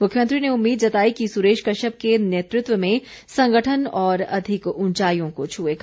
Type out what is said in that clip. मुख्यमंत्री ने उम्मीद जताई कि सुरेश कश्यप के नेतृत्व में संगठन और अधिक उंचाईयों को छुएगा